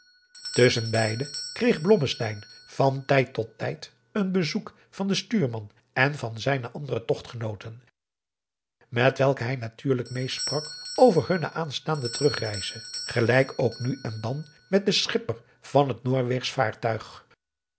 tusschen beide kreeg blommesteyn van tijd tot tijd een bezoek van den stuurman en van zijne andere togtgenooten met welke hij natuurlijk meest sprak over hunne aanstaande terugreize gelijk ook nu en dan met den schipper van het noorweegsch vaartuig